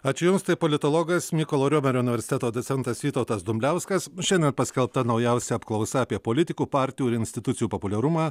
ačiū jums tai politologas mykolo romerio universiteto docentas vytautas dumbliauskas šiandien paskelbta naujausia apklausa apie politikų partijų ir institucijų populiarumą